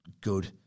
good